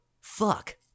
fuck